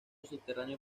subterráneo